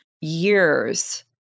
years